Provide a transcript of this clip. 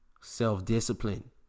Self-discipline